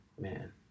Man